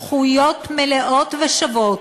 זכויות מלאות ושוות